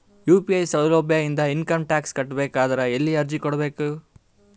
UPI ಸೌಲಭ್ಯ ಇಂದ income tax ಕಟ್ಟಬೇಕಾದರ ಎಲ್ಲಿ ಅರ್ಜಿ ಕೊಡಬೇಕು?